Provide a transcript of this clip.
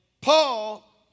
Paul